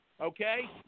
okay